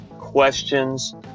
questions